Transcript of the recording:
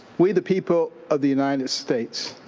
we the people of the united states